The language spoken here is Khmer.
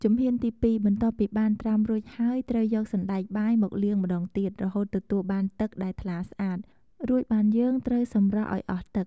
ជំហានទីពីរ បន្ទាប់ពីបានត្រាំរួចហើយ ត្រូវយកសណ្ដែកបាយមកលាងម្ដងទៀតរហូតទទួលបានទឹកដែលថ្លាស្អាត រួចបានយើងត្រូវសម្រោះឱ្យអស់ទឹក។